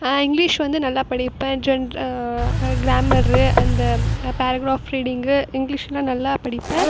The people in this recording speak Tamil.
இங்கிலீஷ் வந்து நல்லா படிப்பேன் ஜென் க்ராமரு அந்த பேரக்ராஃப் ரீடிங்கு இங்கிலீஷில் நல்லா படிப்பேன்